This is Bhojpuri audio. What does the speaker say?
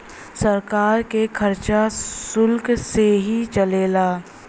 सरकार के खरचा सुल्क से ही चलेला